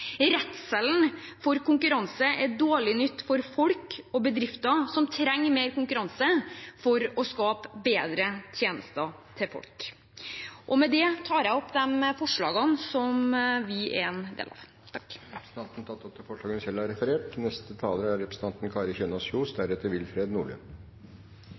Redselen for konkurranse er dårlig nytt for folk og bedrifter som trenger mer konkurranse for å skape bedre tjenester til folk. Med dette tar jeg opp forslaget fra Høyre og Fremskrittspartiet. Representanten Mari Holm Lønseth har tatt opp det forslaget hun